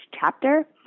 chapter